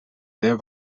sehr